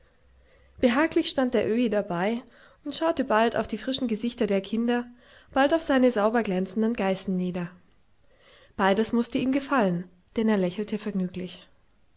behaglich stand der öhi dabei und schaute bald auf die frischen gesichter der kinder bald auf seine sauber glänzenden geißen nieder beides mußte ihm gefallen denn er lächelte vergnüglich